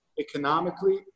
economically